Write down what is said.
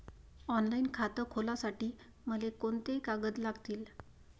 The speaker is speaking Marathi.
ऑनलाईन खातं खोलासाठी मले कोंते कागद लागतील?